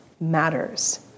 matters